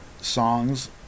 songs